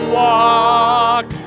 walk